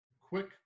quick